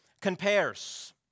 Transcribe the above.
compares